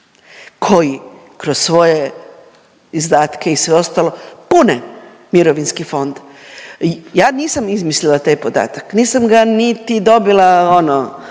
koji kroz svoje izdatke i sve ostalo, pune mirovinski fond. Ja nisam izmislila taj podatak, nisam ga niti dobila ono,